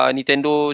Nintendo